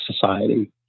society